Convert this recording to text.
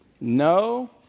No